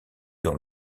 dans